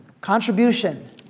contribution